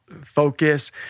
focus